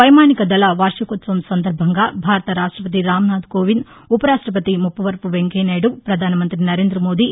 వైమానిక దళ వార్షికోత్సవం సందర్బంగా భారత రాష్టపతి రామ్నాథ్ కోవింద్ ఉప రాష్టపతి ముప్పవరపు వెంకయ్య నాయుడు ప్రధాన మంతి నరేంద్ర మోదీ